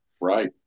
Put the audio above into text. Right